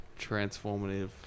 transformative